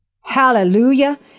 Hallelujah